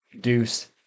Deuce